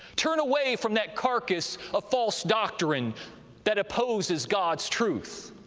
turn away from that carcass of false doctrine that opposes god's truth.